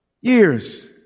years